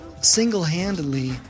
single-handedly